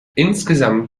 insgesamt